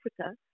Africa